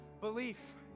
belief